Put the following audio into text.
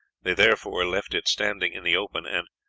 they therefore left it standing in the open, and,